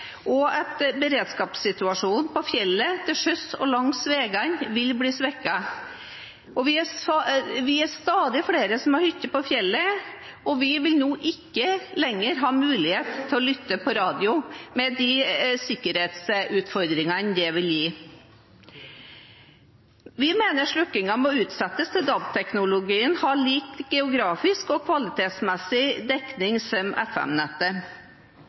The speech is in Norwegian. og at beredskapssituasjonen på fjellet, til sjøs og langs veiene vil bli svekket. Vi er stadig flere med hytte på fjellet, og vi vil nå ikke lenger ha mulighet til å lytte til radio, med de sikkerhetsutfordringene det vil gi. Vi mener slokkingen må utsettes til DAB-teknologien har lik geografisk og kvalitetsmessig dekning